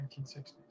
1960s